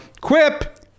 quip